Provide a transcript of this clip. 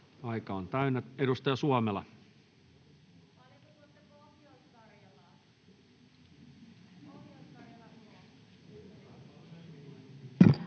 aika on täynnä. — Edustaja Suomela.